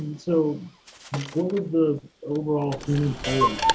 so what was the overall human toll in